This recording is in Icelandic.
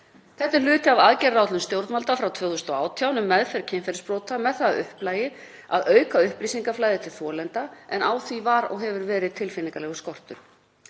Þetta er hluti af aðgerðaáætlun stjórnvalda frá 2018 um meðferð kynferðisbrota með það að markmiði að auka upplýsingaflæði til þolenda, en á því var og hefur verið tilfinnanlegur skortur.